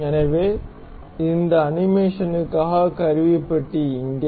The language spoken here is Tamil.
எனவே இந்த அனிமேஷனுக்கான கருவிப்பட்டி இங்கே